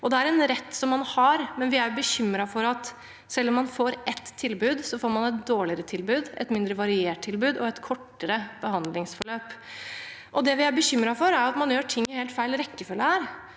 Det er en rett man har, men vi er bekymret for at selv om man får et tilbud, får man et dårligere tilbud, et mindre variert tilbud og et kortere behandlingsforløp. Det vi er bekymret for, er at man her gjør ting i helt feil rekkefølge.